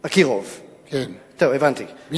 "אקירוב" טוב, הבנתי.